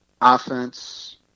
offense